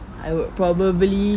I would probably